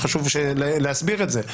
וחשוב להסביר את זה.